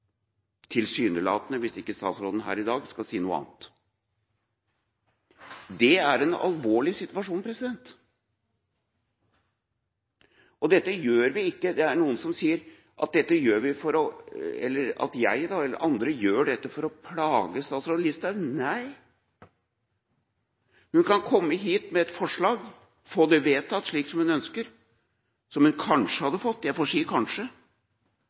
tilsynelatende, hvis ikke statsråden skal si noe annet her i dag. Det er en alvorlig situasjon. Det er noen som sier at vi gjør dette for å plage statsråd Listhaug. Nei, hun kan komme hit med et forslag, få det vedtatt slik som hun ønsker, som hun kanskje hadde fått – jeg får si kanskje.